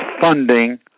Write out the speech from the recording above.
funding